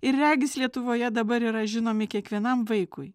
ir regis lietuvoje dabar yra žinomi kiekvienam vaikui